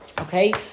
okay